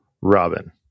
Robin